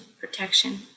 protection